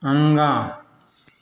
आगाँ